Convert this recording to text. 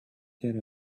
get